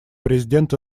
президент